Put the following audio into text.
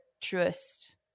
truest